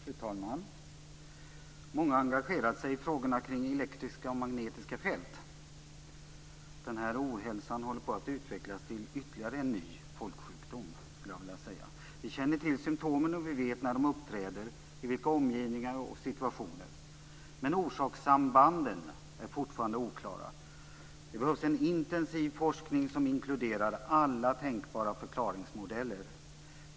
Fru talman! Många har engagerat sig i frågorna kring elektriska och magnetiska fält. Den här ohälsan håller, skulle jag vilja säga, på att utvecklas till ytterligare en ny folksjukdom. Vi känner till symtomen och vi vet när de uppträder; i vilka omgivningar och situationer. Men orsakssambanden är forfarande oklara. Det behövs en intensiv forskning som inkluderar alla tänkbara förklaringsmodeller.